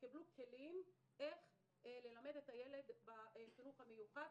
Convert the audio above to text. יקבלו כלים איך ללמד את הילד בחינוך המיוחד.